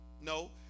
No